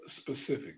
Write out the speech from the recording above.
specific